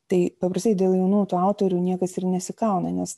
tai paprastai dėl jaunų tų autorių niekas ir nesikauna nes